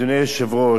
אדוני היושב-ראש,